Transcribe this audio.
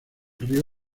río